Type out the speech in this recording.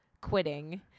quitting